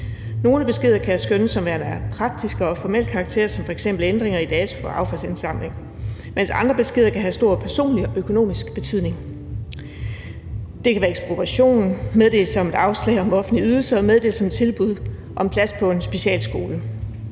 Nogle beskeder kan skønnes at være af praktisk og formel karakter, f.eks. ændringer i dato for affaldsindsamling, mens andre beskeder kan have stor personlig og økonomisk betydning; det kan gælde ekspropriation, meddelelse om afslag på en offentlig ydelse eller meddelelse om tilbud om plads på en specialskole.